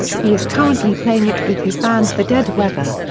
he is currently playing it with his band the dead weather.